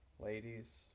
Ladies